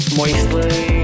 moistly